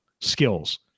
skills